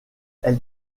elle